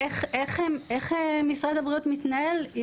איך משרד הבריאות מתנהל?